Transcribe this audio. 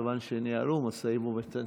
מכיוון שניהלו משאים ומתנים.